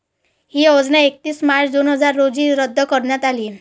ही योजना एकतीस मार्च दोन हजार रोजी रद्द करण्यात आली